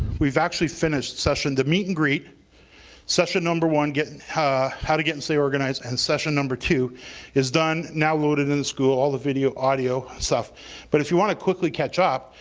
we've actually finished session, the meet and greet session number one, and how how to get and stay organized and session number two is done, now loaded in the school, all the video, audio stuff but if you want to quickly catch up,